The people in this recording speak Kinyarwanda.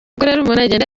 agenda